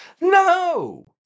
No